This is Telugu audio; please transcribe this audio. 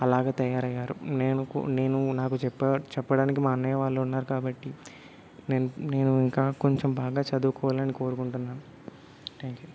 అలాగ తయారయ్యారు నేను కూ నేను నాకు చెప్పేవారు చెప్పడానికి మా అన్నయ్య వాళ్ళున్నారు కాబట్టి నేన్ నేను ఇంకా కొంచెం బాగా చదువుకోవాలని కోరుకుంటున్నాను థ్యాంక్ యూ